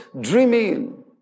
dreaming